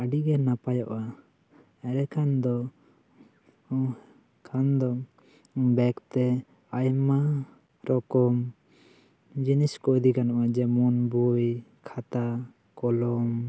ᱟᱹᱰᱤ ᱜᱮ ᱱᱟᱯᱟᱭᱚᱜᱼᱟ ᱮᱨᱮ ᱠᱷᱟᱱ ᱫᱚ ᱠᱷᱟᱱ ᱫᱚ ᱵᱮᱜᱽ ᱛᱮ ᱟᱭᱢᱟ ᱨᱚᱠᱚᱢ ᱡᱤᱱᱤᱥ ᱠᱚ ᱤᱫᱤ ᱜᱟᱱᱚᱜᱼᱟ ᱡᱮᱢᱚᱱ ᱵᱳᱭ ᱠᱷᱟᱛᱟ ᱠᱚᱞᱚᱢ